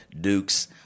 Duke's